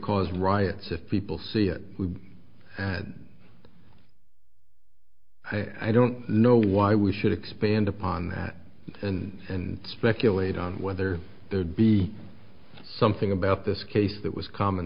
riots if people see it i don't know why we should expand upon that and and speculate on whether there'd be something about this case that was common